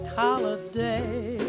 holiday